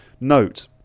Note